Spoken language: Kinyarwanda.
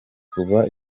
kuva